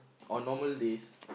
on normal days